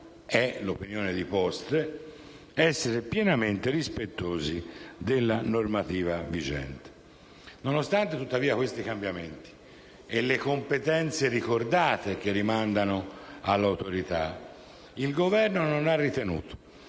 razionalizzazione risultano essere pienamente rispettosi della normativa vigente. Tuttavia, nonostante questi cambiamenti e le competenze ricordate che rimandano all'Autorità, il Governo non ha ritenuto